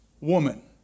woman